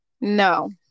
No